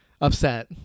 upset